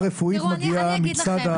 רפואית מגיעה מצד האחריות הרפואית שלי,